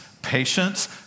Patience